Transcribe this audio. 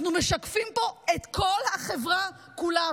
אנחנו משקפים פה את כל החברה כולה,